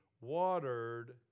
watered